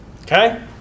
Okay